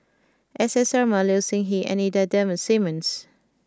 S S Sarma Low Siew Nghee and Ida Simmons